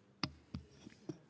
parole est à